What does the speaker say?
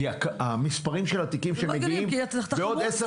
כי המספרים של התיקים שמגיעים בעוד עשר